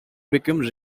became